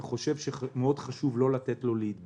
ואני חושב שחשוב מאוד לא לתת לו להתבדר.